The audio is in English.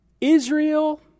Israel